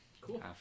Cool